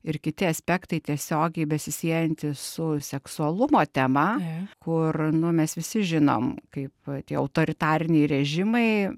ir kiti aspektai tiesiogiai besisiejantys su seksualumo tema kur nu mes visi žinom kaip tie autoritariniai režimai